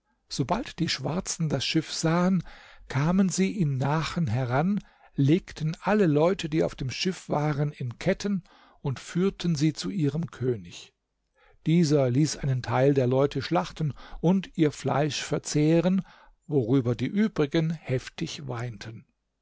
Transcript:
sobald die schwarzen das schiff sahen kamen sie in nachen heran legten alle leute die auf dem schiff waren in ketten und führten sie zu ihrem könig dieser ließ einen teil der leute schlachten und ihr fleisch verzehren worüber die übrigen heftig weinten